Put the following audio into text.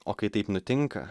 o kai taip nutinka